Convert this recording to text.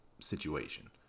situation